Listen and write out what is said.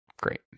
great